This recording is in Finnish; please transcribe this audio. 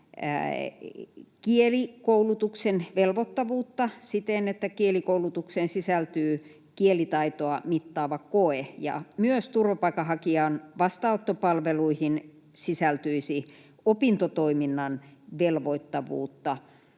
kielikoulutuksen velvoittavuutta siten, että kielikoulutukseen sisältyy kielitaitoa mittaava koe, ja myös turvapaikanhakijan vastaanottopalveluihin sisältyisi opintotoiminnan velvoittavuutta,